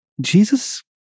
Jesus